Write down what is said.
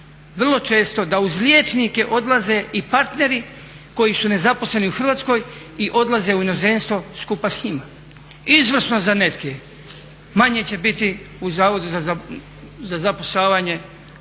vrlo često da uz liječnike odlaze i partneri koji su nezaposleni u Hrvatskoj i odlaze u inozemstvo skupa s njima. Izvrsno za neke. Manje će biti u Zavodu za zapošljavanje